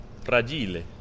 Fragile